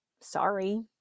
Sorry